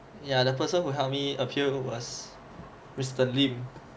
ya the person who help me appear was mister lim